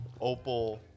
Opal